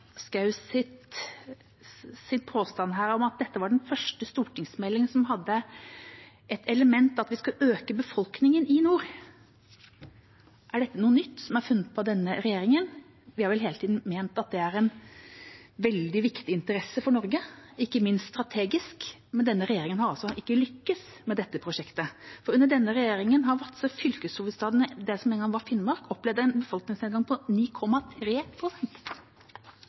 påstand her om at dette var den første stortingsmelding som hadde et element av at vi skulle øke befolkningen i nord. Er dette noe nytt som er funnet på av denne regjeringen? Vi har vel hele tiden ment at det er en veldig viktig interesse for Norge, ikke minst strategisk, men denne regjeringen har altså ikke lyktes med dette prosjektet. For under denne regjeringen har altså fylkeshovedstaden i det som en gang var Finnmark, opplevd en befolkningsnedgang på